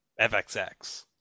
fxx